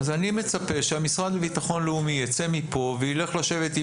אני מצפה שהמשרד לביטחון לאומי יצא מכאן וילך לשבת עם